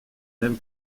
même